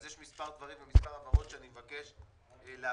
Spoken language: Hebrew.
אז יש מספר דברים ומספר הבהרות שאני מבקש להבהיר.